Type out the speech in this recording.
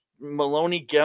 Maloney